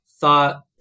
thought